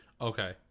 okay